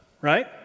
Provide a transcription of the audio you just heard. right